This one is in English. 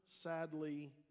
sadly